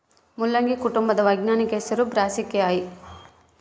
ಮುಲ್ಲಂಗಿ ಕುಟುಂಬದ ವೈಜ್ಞಾನಿಕ ಹೆಸರು ಬ್ರಾಸಿಕೆಐ